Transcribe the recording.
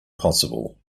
possible